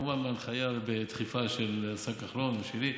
כמובן בהנחיה ובדחיפה של השר כחלון ושלי,